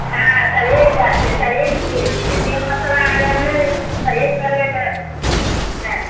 हँ तबहे इलाज छै तबहे ठीक होइ छै तेल मसल्ला अगर नहि परहेज करबय तऽ हँ